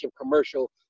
commercial